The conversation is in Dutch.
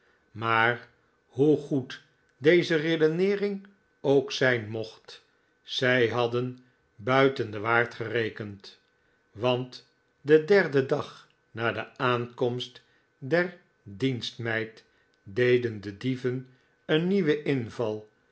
maar hoo goed deze redeneering ook zijn mocht zij hadden buiten den waard gerekend want den derden dag na de aankomst der dienstmeid deden de dieven een nieuwen inval